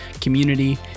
community